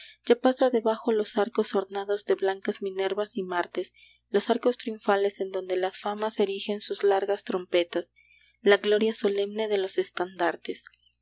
ya pasa debajo los arcos ornados de blancas minervas y martes los arcos triunfales en donde las famas erigen sus largas trompetas la gloria solemne de los estandartes